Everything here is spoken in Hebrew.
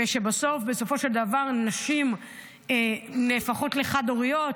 ושבסופו של דבר נשים נהפכות לחד-הוריות,